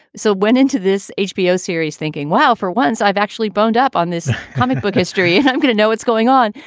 so went into this hbo series thinking, wow, for once i've actually boned up on this comic book history. and i'm going to know what's going on.